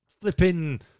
flipping